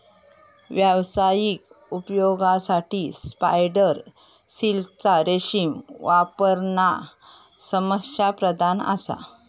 व्यावसायिक उपयोगासाठी स्पायडर सिल्कचा रेशीम वापरणा समस्याप्रधान असा